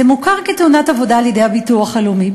זה מוכר כתאונת עבודה על-ידי הביטוח הלאומי,